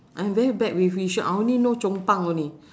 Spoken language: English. I am very bad with yishun I only know chong pang only